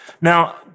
Now